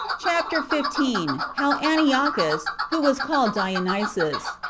chapter fifteen. how antiochus, who was called dionysus,